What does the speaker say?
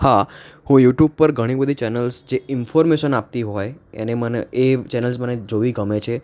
હા હું યુટ્યુબ પર ઘણી બધી ચેનલ્સ જે ઇન્ફોર્મેશન આપતી હોય એને મને એ ચેનલ્સ મને જોવી ગમે છે